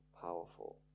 powerful